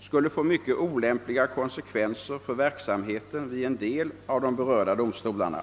skulle få mycket olämpliga konsekvenser för verksamheten vid en del av de berörda domstolarna.